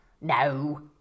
No